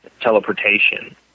teleportation